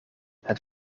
het